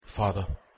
Father